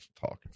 talk